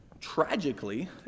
tragically